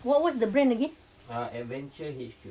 what was the brand again